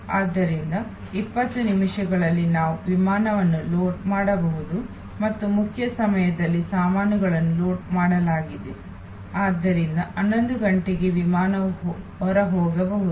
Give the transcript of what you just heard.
ಆದ್ದರಿಂದ 20 ನಿಮಿಷಗಳಲ್ಲಿ ನಾವು ವಿಮಾನವನ್ನು ಲೋಡ್ ಮಾಡಬಹುದು ಮತ್ತು ಮುಖ್ಯ ಸಮಯದಲ್ಲಿ ಸಾಮಾನುಗಳನ್ನು ಲೋಡ್ ಮಾಡಲಾಗಿದೆ ಆದ್ದರಿಂದ 11 ಗಂಟೆಗೆ ವಿಮಾನವು ಹೊರಹೋಗಬಹುದು